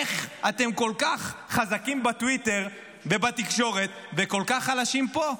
איך אתם כל כך חזקים בטוויטר ובתקשורת וכל כך חלשים פה?